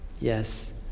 Yes